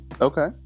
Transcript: Okay